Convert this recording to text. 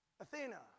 Athena